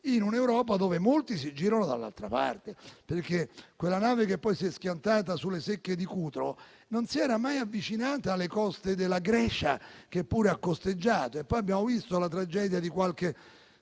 in un'Europa dove molti si girano dall'altra parte, perché quella nave che poi si è schiantata sulle secche di Cutro non si era mai avvicinata alle coste della Grecia, che pure ha costeggiato e poi abbiamo assistito alla tragedia di qualche